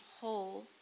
whole